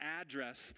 address